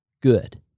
good